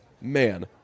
man